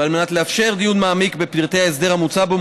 ועל מנת לאפשר דיון מעמיק בפרטי ההסדר המוצע בו,